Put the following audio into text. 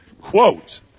Quote